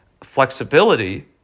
flexibility